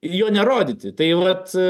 jo nerodyti tai vat